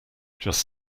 just